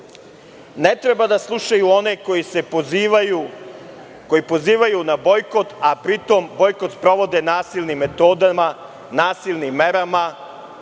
Ne treba da slušaju one koji pozivaju na bojkot, a pri tom bojkot sprovode nasilnim metodama, nasilnim merama